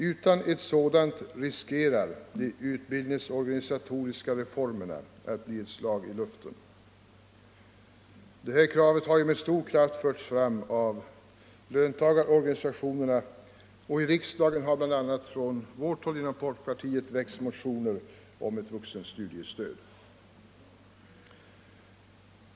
Utan ett sådant riskerar de utbildningsorganisatoriska reformerna att bli ett slag i luften. Det här kravet har med stor kraft förts fram av löntagarorganisationerna, och i riksdagen har bl.a. från folkpartihåll väckts motioner om ett vuxenstudiestöd.